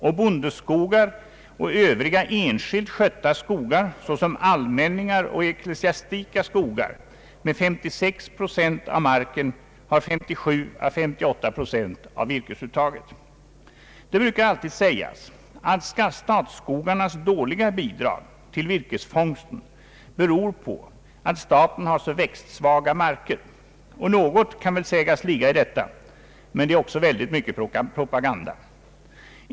Bondeskogar och övriga enskilt skötta skogar såsom allmänningar och ecklesiastika Det brukar heta att statsskogarnas dåliga bidrag till virkesfångsten beror på att staten har så växtsvaga marker, och något kan väl sägas ligga i detta, men det är också mycket propaganda.